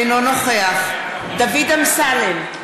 אינו נוכח דוד אמסלם,